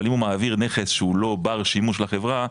אבל אם הוא מעביר נכס שהוא לא בר שימוש לחברה,